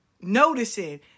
noticing